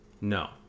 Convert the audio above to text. No